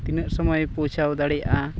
ᱛᱤᱱᱟᱹᱜ ᱥᱳᱢᱳᱭ ᱯᱳᱪᱷᱟᱣ ᱫᱟᱲᱮᱭᱟᱜᱼᱟ